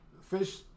fish